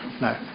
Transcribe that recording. No